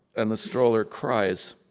and the stroller cries.